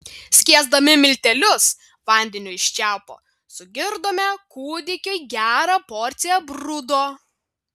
skiesdami miltelius vandeniu iš čiaupo sugirdome kūdikiui gerą porciją brudo